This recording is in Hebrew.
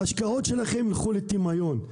ההשקעות שלכם ילכו לטמיון,